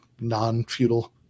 non-feudal